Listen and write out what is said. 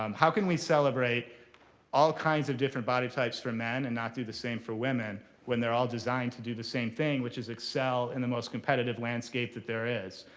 um how can we celebrate all kinds of different body types for men and not do the same for women when they're all designed to do the same thing, which is excel in the most competitive landscape that there is?